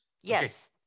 Yes